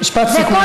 משפט סיכום,